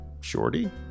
Shorty